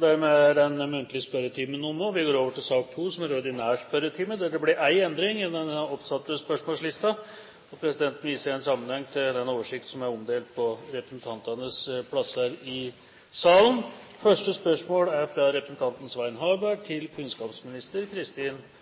Dermed er den muntlige spørretimen omme. Det blir én endring i den oppsatte spørsmålslisten. Presidenten viser i den sammenheng til den oversikt som er omdelt på representantenes plasser i salen. Den foreslåtte endringen i den ordinære spørretimen foreslås godkjent. – Det anses vedtatt. Endringen var som følger: Spørsmål 8, fra representanten Sonja Irene Sjøli til